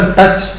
touch